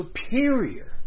superior